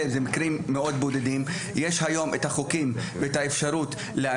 יש היום את החוקים ואת האפשרות להעניש ולא צריך עוד הצעות חוק כאלה.